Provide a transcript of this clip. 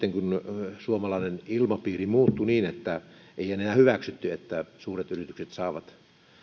sitten kun suomalainen ilmapiiri muuttui niin että ei enää hyväksytty että suuret yritykset saavat